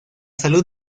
salud